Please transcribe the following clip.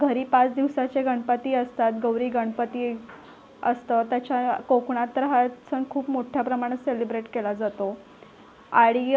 घरी पाच दिवसाचे गणपती असतात गौरी गणपती असतं त्याच्या कोकणात तर हा सण खूप मोठ्या प्रमाणात सेलिब्रेट केला जातो आणि